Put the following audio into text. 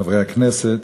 חברי הכנסת,